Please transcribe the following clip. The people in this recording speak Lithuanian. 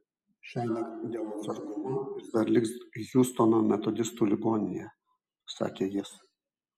šiąnakt dėl atsargumo jis dar liks hjustono metodistų ligoninėje sakė jis